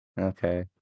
Okay